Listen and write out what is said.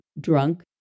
drunk